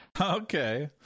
Okay